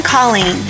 Colleen